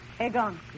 Egon